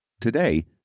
Today